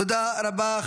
תודה רבה.